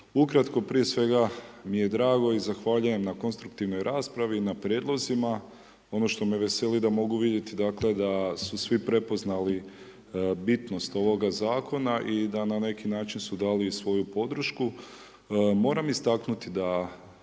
ukratko, prije svega mi je drago i zahvaljujem na konstruktivnoj raspravi i na prijedlozima. Ono što me veseli da mogu vidjeti, dakle, da su svi prepoznali bitnost ovoga Zakona i da na neki način su dali svoju podršku. Moram istaknuti da